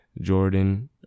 Jordan